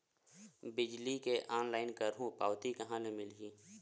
बिजली के ऑनलाइन करहु पावती कहां ले मिलही?